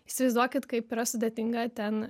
įsivaizduokit kaip yra sudėtinga ten